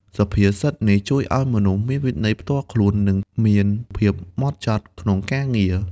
សុភាសិតនេះជួយឱ្យមនុស្សមានវិន័យផ្ទាល់ខ្លួន និងមានភាពហ្មត់ចត់ក្នុងការងារ។